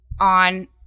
on